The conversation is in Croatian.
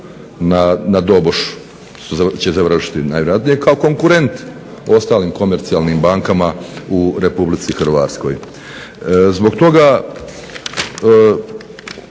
na dobošu će završiti najvjerojatnije kao konkurent ostalim komercijalnim bankama u RH. Zbog toga